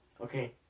Okay